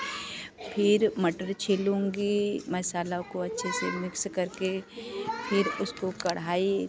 फिर मटर छीलूँगी मसाला को अच्छे से मिक्स करके फिर उसको कढ़ाई